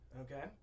Okay